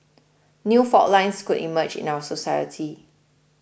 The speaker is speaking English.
new fault lines could emerge in our society